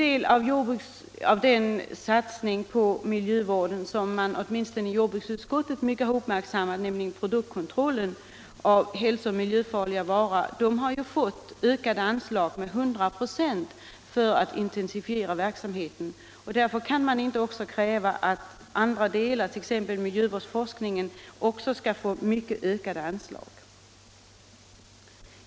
Ett område inom miljövården som åtminstone jordbruksutskottet mycket uppmärksammat, produktkontrollen av hälso och miljöfarliga varor, har fått anslaget ökat med 100 4 för att intensifiera verksamheten. Man kan då inte kräva att andra delar, t.ex. miljövårdsforskning, också skall få mycket ökade anslag.